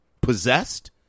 possessed